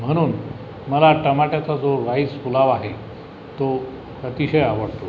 म्हनून मला टमाट्याचा जो राईस पुलाव आहे तो अतिशय आवडतो